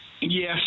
Yes